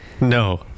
No